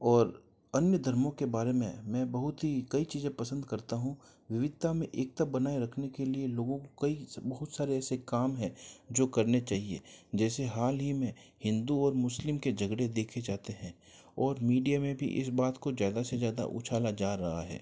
और अन्य धर्मों के बारे में मैं बहुत ही कई चीज़ें पसंद करता हूँ विविधता में एकता बनाए रखने के लिए लोगों कई बहुत सारे ऐसे काम है जो करने चाहिए जैसे हाल ही में हिंदू और मुस्लिम के झगड़े देखे जाते हैं और मीडिया में भी इस बात को ज़्यादा से ज़्यादा उछाला जा रहा है